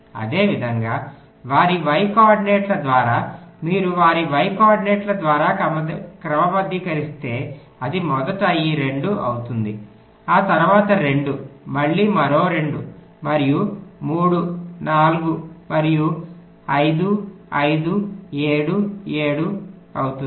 అదేవిధంగా వారి y కోఆర్డినేట్ల ద్వారా మీరు వారి y కోఆర్డినేట్ల ద్వారా క్రమబద్ధీకరిస్తే అది మొదట ఈ 2 అవుతుంది తరువాత 2 మళ్ళీ మరో 2 మరియు 3 4 మరియు 5 5 7 7 అవుతుంది